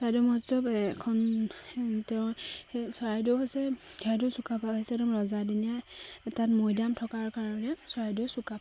চৰাইদেউ মহোৎসৱ এখন তেওঁ সেই চৰাইদেউ হৈছে চৰাইদেউ চুকাফা হৈছে একদম ৰজাদিনীয়া তাত মৈদাম থকাৰ কাৰণে চৰাইদেউ চুকাফা